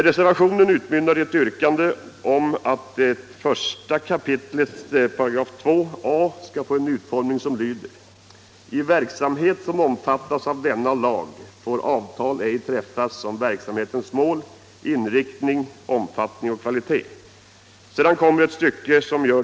Reservationen utmynnar i ett yrkande om att 1 kap. 2a§ skall få en utformning som lyder: Sedan kommer ett stycke som gör att hela resonemanget blir oklart.